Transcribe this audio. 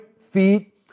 feet